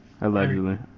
Allegedly